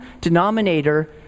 denominator